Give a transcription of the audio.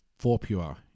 Forpure